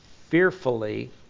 fearfully